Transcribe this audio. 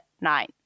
nine